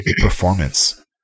performance